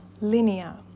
linear